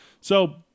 So-